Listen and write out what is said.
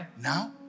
now